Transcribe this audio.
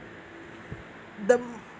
the